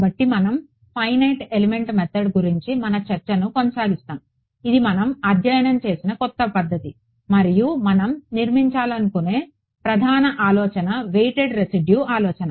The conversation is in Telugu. కాబట్టి మనం ఫైనిట్ ఎలిమెంట్ మెథడ్ గురించి మన చర్చను కొనసాగిస్తాము ఇది మనం అధ్యయనం చేస్తున్న కొత్త పద్ధతి మరియు మనం నిర్మించాలనుకునే ప్రధాన ఆలోచన వెయిటెడ్ రెసిడ్యు ఆలోచన